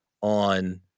on